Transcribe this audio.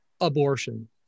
abortion